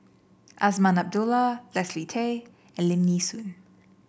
Azman Abdullah Leslie Tay and Lim Nee Soon